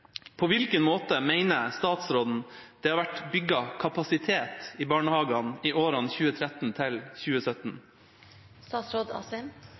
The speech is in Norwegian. På hvilken måte mener statsråden det har vært bygget kapasitet i barnehagene i årene